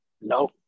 No